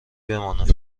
بمانم